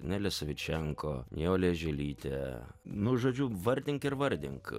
nelė savičenko nijolė žilytė nu žodžiu vardink ir vardink